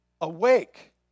awake